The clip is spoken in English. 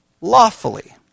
lawfully